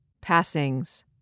Passings